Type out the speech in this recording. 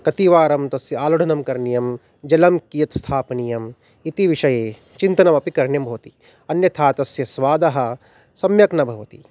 कतिवारं तस्य आलोढनं करणीयं जलं कियत् स्थापनीयम् इति विषये चिन्तनमपि करणीयं भवति अन्यथा तस्य स्वादः सम्यक् न भवति